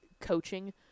coaching